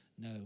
No